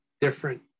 different